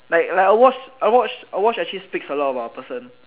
like like a watch actually speaks a lot about a person